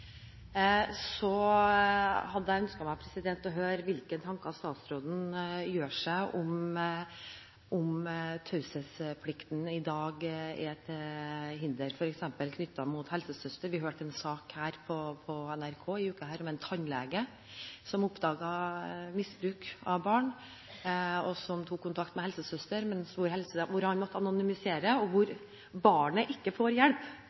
hadde jeg ønsket å høre hvilke tanker statsråden gjør seg om hvorvidt taushetsplikten i dag er til hinder, f.eks. knyttet til helsesøster. Vi hørte en sak på NRK denne uken om en tannlege som oppdaget misbruk av barn. Han tok kontakt med helsesøster, men han måtte anonymisere, og barnet fikk ikke hjelp